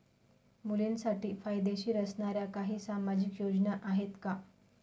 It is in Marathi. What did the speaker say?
मुलींसाठी फायदेशीर असणाऱ्या काही सामाजिक योजना आहेत का?